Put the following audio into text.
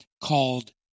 called